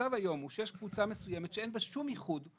המצב היום הוא שיש קבוצה מסוימת שאין בה שום ייחוד,